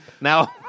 Now